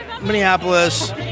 Minneapolis